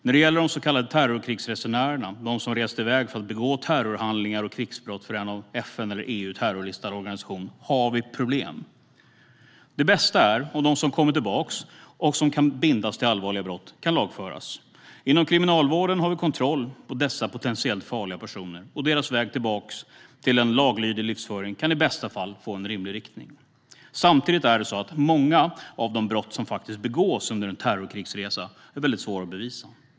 När de gäller de så kallade terrorkrigsresenärerna, de som rest iväg för att begå terrorhandlingar och krigsbrott för en av FN eller EU terrorlistad organisation, har vi problem. Det bästa är om de som kommer tillbaka och som kan bindas till allvarliga brott kan lagföras. Inom kriminalvården har vi kontroll på dessa potentiellt farliga personer, och deras väg tillbaka till en laglydig livsföring kan i bästa fall få en rimlig riktning. Samtidigt är många av de brott som faktiskt begås under en terrorkrigsresa svåra att bevisa.